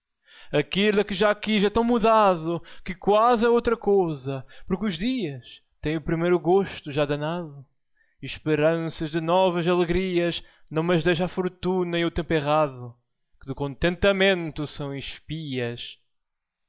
a que já quis é tão mudado que quase é outra causa porque os dias têm o primeiro gosto já danado esperanças de novas alegrias não mas deixa a fortuna e o tempo errado que do contentamento são espias